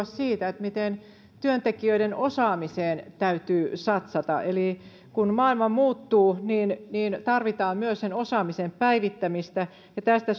siitä miten työntekijöiden osaamiseen täytyy satsata eli kun maailma muuttuu tarvitaan myös osaamisen päivittämistä ja tästä